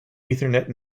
ethernet